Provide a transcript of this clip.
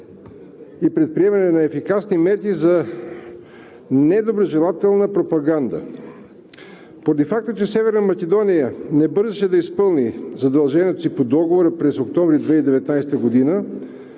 от двете страни на ефикасни мерки за недоброжелателна пропаганда. Поради факта, че Северна Македония не бързаше да изпълни задълженията си по Договора, през месец октомври 2019 г.